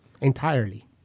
entirely